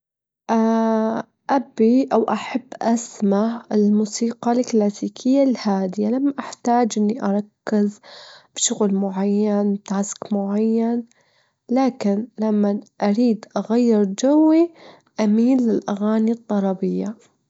في المكان اللي أشتغل به فيه، مكان هو كبير كبير، ومفتوح وله- له نوافد له شبابيك، نوافده مرة كتيرة، تمانية نوافذ، تمانية عشرة.